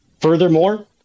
Furthermore